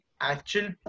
actual